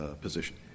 position